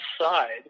side